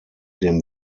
dem